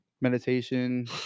meditation